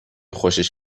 خوشش